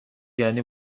یعنی